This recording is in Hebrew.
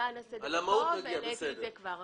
למען הסדר הטוב העליתי את זה כבר עכשיו.